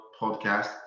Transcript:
podcast